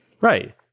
Right